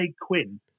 Quinn